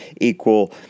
equal